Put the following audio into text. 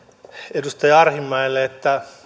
edustaja arhinmäelle että